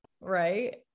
right